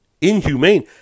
Inhumane